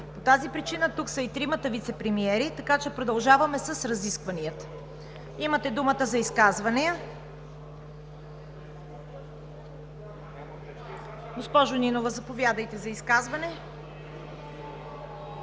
По тази причина тук са и тримата вицепремиери, така че продължаваме с разискванията. Имате думата за изказвания. Госпожо Нинова, заповядайте за изказване.